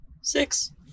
six